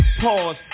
Pause